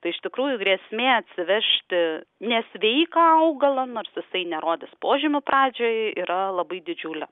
tai iš tikrųjų grėsmė atsivežti nesveiką augalą nors jisai nerodys požymių pradžioje yra labai didžiulė